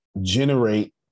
Generate